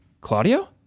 Claudio